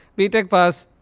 b tech pass,